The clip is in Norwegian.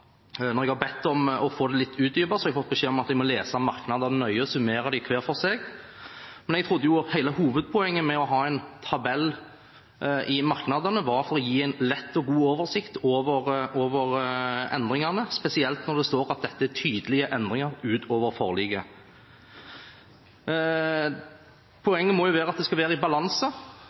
Når jeg har bedt om å få det litt utdypet, har jeg fått beskjed om at jeg må lese merknadene nøye og summere dem hver for seg. Men jeg trodde hele hovedpoenget med å ha en tabell i merknadene var å gi en lett og god oversikt over endringene, spesielt når det står at dette er tydelige endringer, utover forliket. Poenget må jo være at det skal være i balanse.